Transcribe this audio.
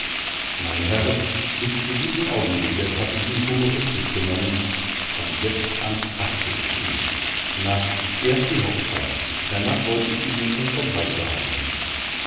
meine herren bis zu diesem augenblicke hatt ich ihn humoristisch genommen von jetzt an haßte ich ihn na erst die hochzeit hernach wollte ich ihn mir schon vom halse halten